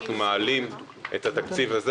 אנחנו מעלים את התקציב הזה,